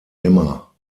immer